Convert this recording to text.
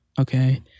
okay